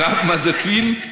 קרבמזפין,